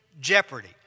jeopardy